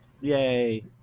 Yay